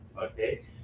okay